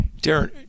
Darren